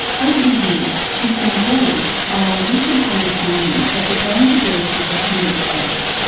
over the years she's been buoyed by our recent understanding of the brain's ability to heal itself,